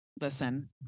listen